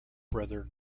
brother